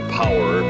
power